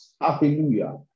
Hallelujah